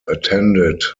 attended